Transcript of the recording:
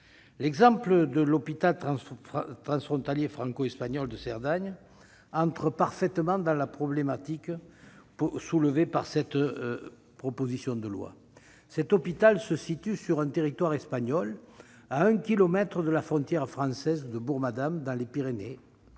L'exemple de l'hôpital transfrontalier franco-espagnol de Cerdagne s'inscrit parfaitement dans la problématique soulevée par cette proposition de loi. Cet établissement se situe sur le territoire espagnol, à un kilomètre de la frontière française de Bourg-Madame, dans les